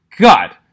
god